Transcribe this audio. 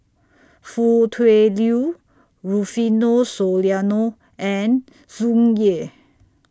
Foo Tui Liew Rufino Soliano and Tsung Yeh